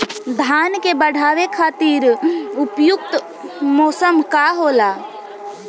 धान के उपज बढ़ावे खातिर उपयुक्त मौसम का होला?